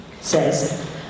says